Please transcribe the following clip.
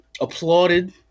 applauded